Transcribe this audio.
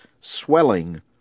swelling